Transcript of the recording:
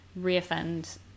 reoffend